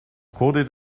quoted